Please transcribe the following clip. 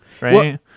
right